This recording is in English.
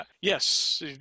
yes